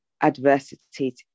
adversity